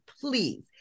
please